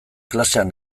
klasean